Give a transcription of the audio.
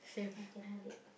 I cannot read